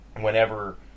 whenever